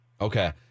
Okay